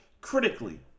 critically